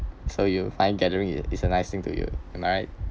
so you find gathering is a nice thing to you am I right